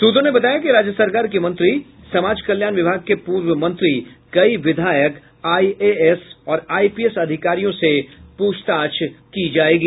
सूत्रों ने बताया कि राज्य सरकार के मंत्री समाज कल्याण विभाग के पूर्व मंत्री कई विधायक आईएएस और आईपीएस अधिकारियों से पूछताछ करेगी